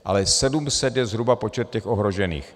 Ale 700 je zhruba počet těch ohrožených.